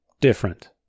different